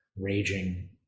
raging